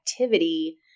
activity